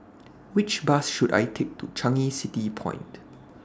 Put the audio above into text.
Which Bus should I Take to Changi City Point